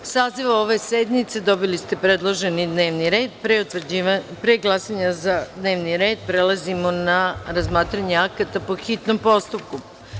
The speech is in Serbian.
Uz saziv ove sednice dobili ste predloženi dnevni red pre glasanja za dnevni red, prelazimo na razmatranje akata po hitnom postupku.